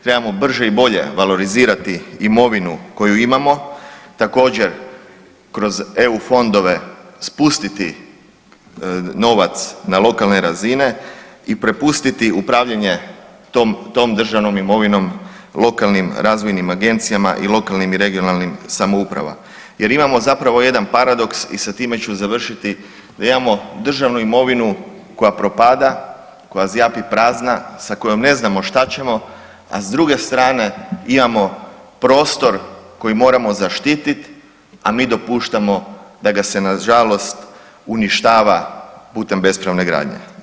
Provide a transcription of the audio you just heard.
Trebamo brže i bolje valorizirati imovinu koju imamo, također kroz eu fondove spustiti novac na lokalne razine i prepustiti upravljanje tom državnom imovinom lokalnim razvojnim agencijama i lokalnim i regionalnim samoupravama jer imamo zapravo jedan paradoks i sa time ću završiti, da imamo državnu imovina koja propada, koja zjapi prazna, sa kojom ne znamo šta ćemo, a s druge strane imamo prostor koji moramo zaštiti, a mi dopuštamo da ga se nažalost uništava putem bespravne gradnje.